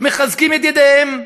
מחזקים את ידיהם,